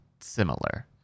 similar